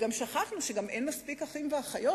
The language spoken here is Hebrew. ושכחנו שגם אין מספיק אחים ואחיות.